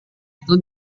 itu